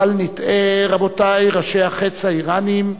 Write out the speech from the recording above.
בל נטעה, רבותי, ראשי החץ האירניים,